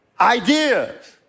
ideas